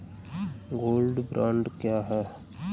Gold bond क्या है?